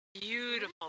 beautiful